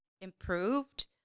improved